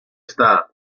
está